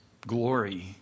glory